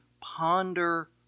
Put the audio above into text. ponder